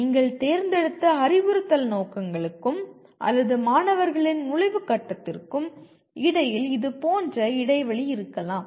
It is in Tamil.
நீங்கள் தேர்ந்தெடுத்த அறிவுறுத்தல் நோக்கங்களுக்கும் அல்லது மாணவர்களின் நுழைவு கட்டத்திற்கும் இடையில் இது போன்ற இடைவெளி இருக்கலாம்